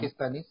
Pakistanis